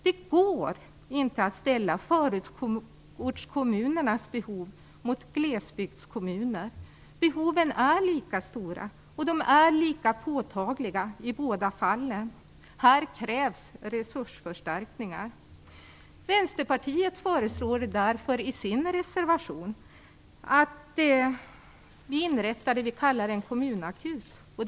Det går inte att ställa förortskommunernas behov mot glesbygdskommunernas. Behoven är lika stora, och de är lika påtagliga i båda fallen. Här krävs resursförstärkningar. Vänsterpartiet föreslår därför i sin reservation att det vi kallar en kommunakut inrättas.